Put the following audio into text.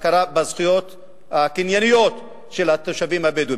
הכרה בזכויות הקנייניות של התושבים הבדואים.